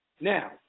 Now